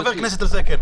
הקלפי.